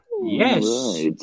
Yes